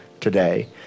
today